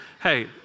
Hey